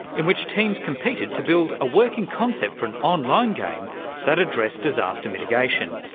in which teams competed to build a working concept for an online game that addressed disaster mitigation.